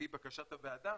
לפי בקשת הוועדה,